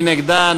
מי נגדה?